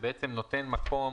שבעצם נותן מקום,